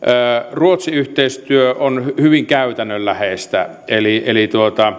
ruotsi yhteistyö on hyvin käytännönläheistä eli eli